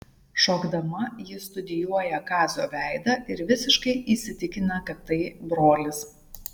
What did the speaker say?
šokdama ji studijuoja kazio veidą ir visiškai įsitikina kad tai brolis